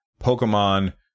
Pokemon